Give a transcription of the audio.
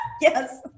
Yes